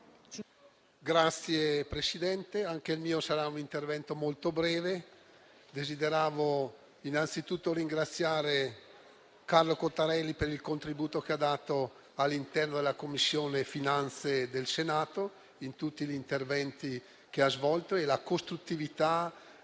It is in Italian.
Signora Presidente, anche il mio sarà un intervento molto breve. Desidero innanzitutto ringraziare Carlo Cottarelli per il contributo che ha dato all'interno della Commissione finanze del Senato in tutti gli interventi che ha svolto, perché è stato